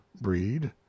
breed